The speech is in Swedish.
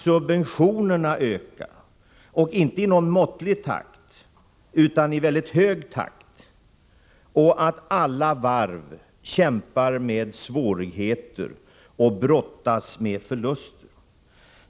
Subventionerna ökar — inte i någon måttlig takt utan i en mycket hög takt. Alla varv har svårigheter och brottas med förluster.